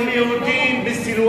שסוקלים יהודים בסילואן.